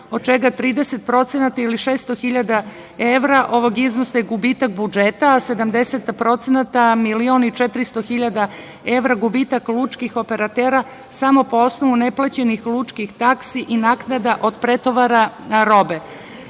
od čega 30% ili 600.000 evra ovog iznosa je gubitak budžeta, a 70% milion i 400.000 evra gubitak lučkih operatera samo po osnovu neplaćenih lučkih taksi i naknada od pretovara